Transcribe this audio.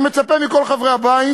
אני מצפה מכל חברי הבית